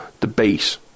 debate